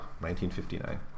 1959